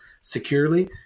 securely